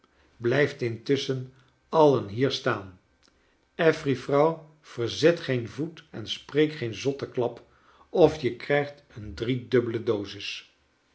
intusschen alien hier staan affery vrouw verzet geen voet en spreek geen zotteklap of je krijgt een driedubbele dosis